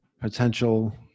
potential